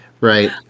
right